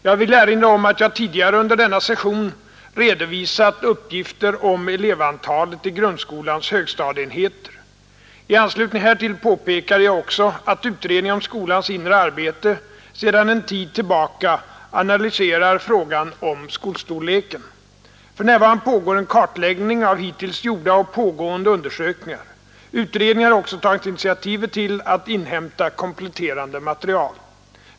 Jag vill erinra om att jag tidigare under denna session redovisat uppgifter om elevantalet i grundskolans högstadieenheter. I anslutning härtill påpekade jag också att utredningen om skolans inre arbete sedan en tid tillbaka analyserar frågan om skolstorleken. För närvarande pågår en kartläggning av hittills gjorda och pågående undersökningar. Utredningen har också tagit initiativet till att inhämta kompletterande material.